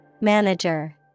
Manager